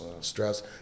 stress